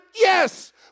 Yes